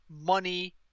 money